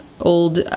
old